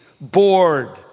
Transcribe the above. bored